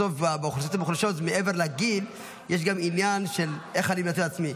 בסוף באוכלוסיות המוחלשות מעבר לגיל יש גם עניין איך אני --- בעצמי.